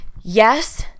Yes